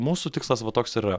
mūsų tikslas va toks ir yra